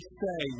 say